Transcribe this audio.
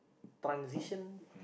transition